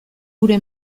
geure